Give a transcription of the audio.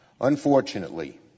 Unfortunately